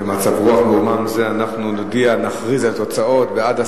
במצב מרומם זה אנחנו נכריז על התוצאות: בעד,